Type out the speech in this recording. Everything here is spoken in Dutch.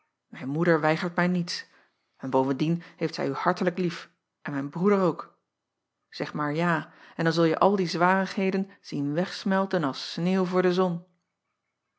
mijn moeder weigert mij niets en bovendien heeft zij u hartelijk lief en mijn broeder ook eg maar ja en dan zulje al die zwarigheden zien wegsmelten als sneeuw voor de zon